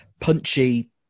punchy